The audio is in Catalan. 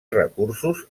recursos